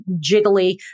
jiggly